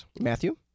Matthew